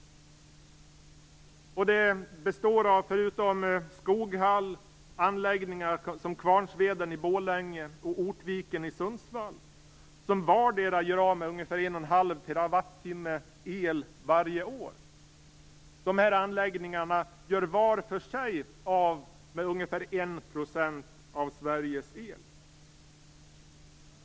Den består förutom av Skoghall av anläggningar som Kvarnsveden i Borlänge och Ortviken i Sundsvall, som vardera gör av med ungefär 1,5 TWh el varje år. Dessa anläggningar gör var för sig av med ungefär 1 % av Sveriges el.